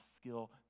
skill